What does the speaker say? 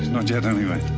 not yet anyway.